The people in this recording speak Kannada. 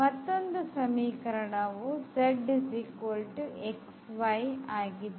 ಮತ್ತೊಂದು ಸಮೀಕರಣವು zxyಆಗಿದೆ